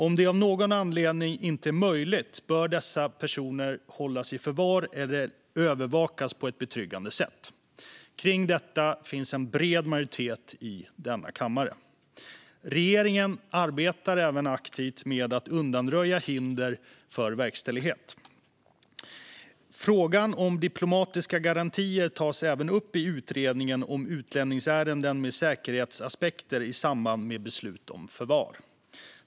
Om det av någon anledning inte är möjligt bör dessa personer hållas i förvar eller övervakas på ett betryggande sätt. Om detta finns en bred majoritet i denna kammare. Regeringen arbetar även aktivt med att undanröja hinder för verkställighet. Frågan om diplomatiska garantier tas även upp av Utredningen om utlänningsärenden med säkerhetsaspekter i samband med beslut om förvar.